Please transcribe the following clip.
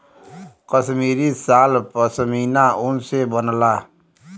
कसमीरी साल पसमिना ऊन से बनला